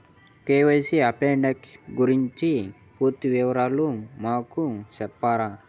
KYC updation గురించి పూర్తి వివరాలు మాకు సెప్తారా?